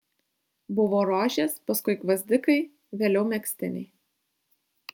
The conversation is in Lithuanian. buvo rožės paskui gvazdikai vėliau megztiniai